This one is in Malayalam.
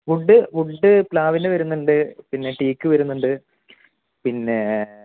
വുഡ് വുഡ് പ്ലാവിൻ്റെ വരുന്നുണ്ട് പിന്നെ തേക്ക് വരുന്നുണ്ട് പിന്നെ